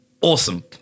awesome